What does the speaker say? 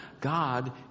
God